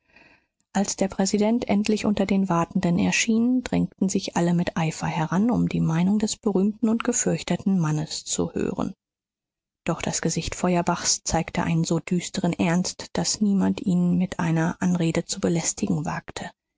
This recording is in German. als der präsident endlich unter den wartenden erschien drängten sich alle mit eifer heran um die meinung des berühmten und gefürchteten mannes zu hören doch das gesicht feuerbachs zeigte einen so düsteren ernst daß niemand ihn mit einer anrede zu belästigen wagte